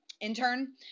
intern